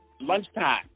lunchtime